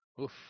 Oof